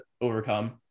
overcome